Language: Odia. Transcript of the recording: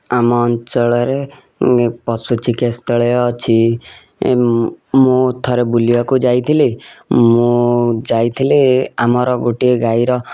ଆମ ଅଞ୍ଚଳରେ ପଶୁ ଚିକିତ୍ସାଳୟ ଅଛି ଏ ମୁଁ ମୁଁ ଥରେ ବୁଲିବାକୁ ଯାଇଥିଲି ମୁଁ ଯାଇଥିଲି ଆମର ଗୋଟିଏ ଗାଈର